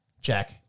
Jack